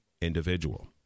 individual